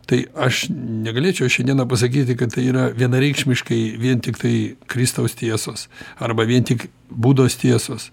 tai aš negalėčiau šiandieną pasakyti kad tai yra vienareikšmiškai vien tiktai kristaus tiesos arba vien tik budos tiesos